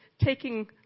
taking